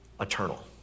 eternal